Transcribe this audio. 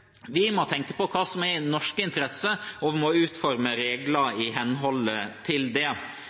Vi må tenke på hva som er i norske interesser, og vi må utforme regler i henhold til det.